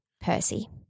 Percy